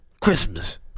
Christmas